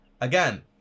again